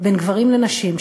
בין גברים לנשים,